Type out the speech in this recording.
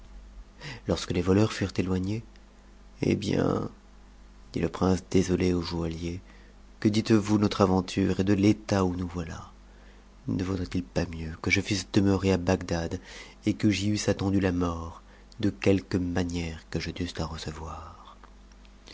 lorsque les voleurs furent éloignés eh bien dit le prince désolé au joaillier que dites-vous de notre aventure et de l'état où nous voilà ne vaudrait-il pas mieux que je fusse demeuré à bagdad et que j'y eusse attendu la mort de quelque manière que je dusse la recevoir